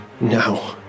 No